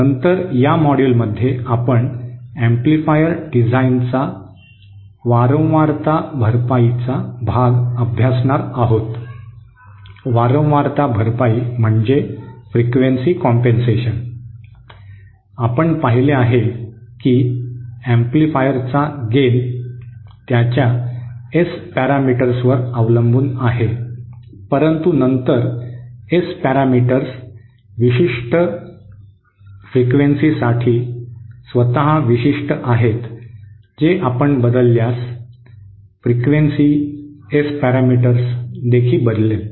नंतर या मॉड्यूलमध्ये आपण एम्पलीफायर डिझाइनचा वारंवारता भरपाईचा भाग अभ्यासणार आहोत आपण पाहिले आहे की एम्पलीफायरचा फायदा त्याच्या एस पॅरामीटर्सवर अवलंबून आहे परंतु नंतर एस पॅरामीटर्स विशिष्ट वारंवारतेसाठी स्वतःच विशिष्ट आहेत जे आपण बदलल्यास वारंवारता एस पॅरामीटर्स देखील बदलेल